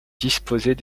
disposer